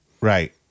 right